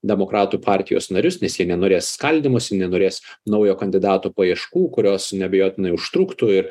demokratų partijos narius nes jie nenorės skaldymosi nenorės naujo kandidato paieškų kurios neabejotinai užtruktų ir